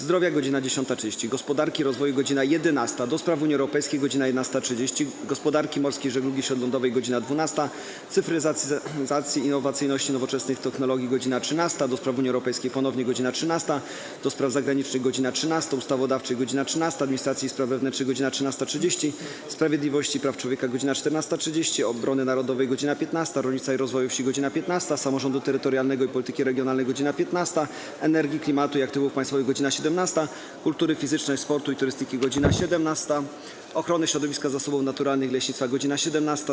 Zdrowia - godz. 10.30, - Gospodarki i Rozwoju - godz. 11, - do Spraw Unii Europejskiej - godz. 11.30, - Gospodarki Morskiej i Żeglugi Śródlądowej - godz. 12, - Cyfryzacji, Innowacyjności i Nowoczesnych Technologii - godz. 13, - do Spraw Unii Europejskiej - godz. 13, - Spraw Zagranicznych - godz. 13, - Ustawodawczej - godz. 13, - Administracji i Spraw Wewnętrznych - godz. 13.30, - Sprawiedliwości i Praw Człowieka - godz. 14.30, - Obrony Narodowej - godz. 15, - Rolnictwa i Rozwoju Wsi - godz. 15, - Samorządu Terytorialnego i Polityki Regionalnej - godz. 15, - Energii, Klimatu i Aktywów Państwowych - godz. 17, - Kultury Fizycznej, Sportu i Turystyki - godz. 17, - Ochrony Środowiska, Zasobów Naturalnych i Leśnictwa - godz. 17,